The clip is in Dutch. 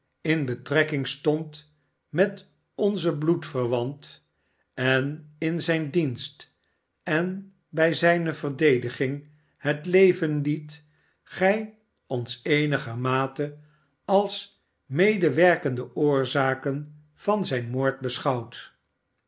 in betrekking stond met onzen bloedverwant en in zijn dienst en bij zijne verdediging het leven liet gij ons eenigermate als medewerkende oorzaken van zijn moord beschouwt